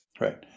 Right